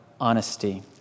honesty